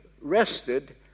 rested